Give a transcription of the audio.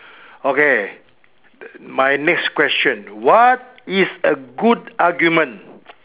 okay my next question what is a good argument